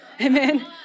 amen